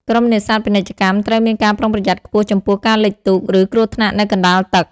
ក្រុមនេសាទពាណិជ្ជកម្មត្រូវមានការប្រុងប្រយ័ត្នខ្ពស់ចំពោះ ការលិចទូក ឬគ្រោះថ្នាក់នៅកណ្តាលទឹក។